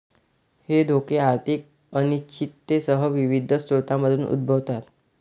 हे धोके आर्थिक अनिश्चिततेसह विविध स्रोतांमधून उद्भवतात